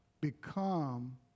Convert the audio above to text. become